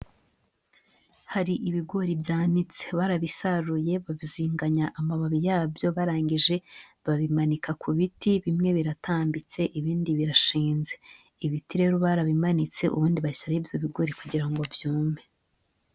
Hari ibigori byanitse barabisaruye babizinganya amababi yabyo barangije babimanika ku biti, bimwe biratambitse ibindi birashinze, ibiti rero barabimanitse ubundi bashyira ibyo bigori kugira ngo byumve.